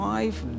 five